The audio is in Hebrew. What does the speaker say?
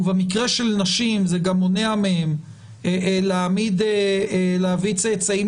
ובמקרה של נשים זה גם מונע מהן להביא צאצאים